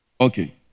Okay